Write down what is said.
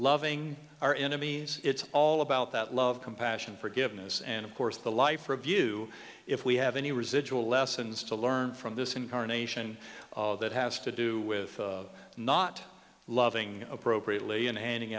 loving our enemies it's all about that love compassion forgiveness and of course the life review if we have any residual lessons to learn from this incarnation of that has to do with not loving appropriately and handing